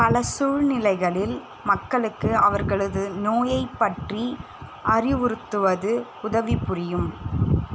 பல சூழ்நிலைகளில் மக்களுக்கு அவர்களது நோயைப் பற்றி அறிவுறுத்துவது உதவி புரியும்